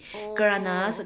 oh